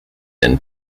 and